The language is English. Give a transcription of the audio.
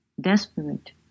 desperate